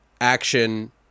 action